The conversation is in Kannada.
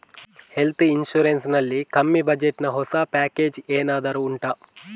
ಹೆಲ್ತ್ ಇನ್ಸೂರೆನ್ಸ್ ನಲ್ಲಿ ಕಮ್ಮಿ ಬಜೆಟ್ ನ ಹೊಸ ಪ್ಯಾಕೇಜ್ ಏನಾದರೂ ಉಂಟಾ